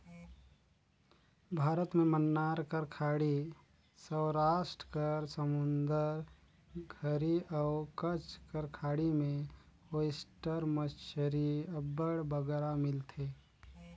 भारत में मन्नार कर खाड़ी, सवरास्ट कर समुंदर घरी अउ कच्छ कर खाड़ी में ओइस्टर मछरी अब्बड़ बगरा मिलथे